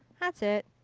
that's it.